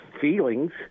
feelings